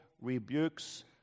rebukes